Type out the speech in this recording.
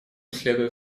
следует